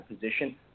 position